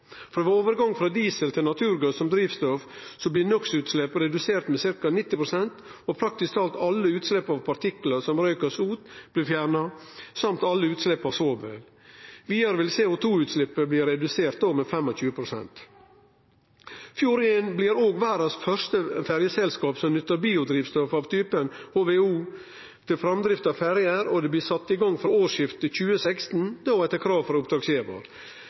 Ved overgang frå diesel til naturgass som drivstoff, blir NOX-utslepp reduserte med ca. 90 pst. Praktisk talt alle utslepp av partiklar, som røyk og sot, blir fjerna og alle utslepp av svovel. Vidare vil CO2-utsleppet bli redusert med 25 pst. Fjord1 blir òg verdas første ferjeselskap som nyttar biodrivstoff av HVO-typen til framdrift av ferjer, og det blir sett i gang frå årsskiftet 2016, etter krav frå oppdragsgjevar.